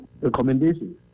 recommendations